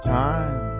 time